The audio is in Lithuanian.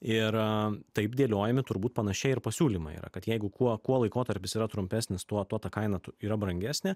ir taip dėliojami turbūt panašiai ir pasiūlymai yra kad jeigu kuo kuo laikotarpis yra trumpesnis tuo tuo ta kaina yra brangesnė